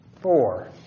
Four